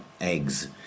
eggs